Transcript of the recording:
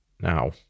now